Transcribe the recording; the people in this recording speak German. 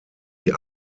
die